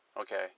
Okay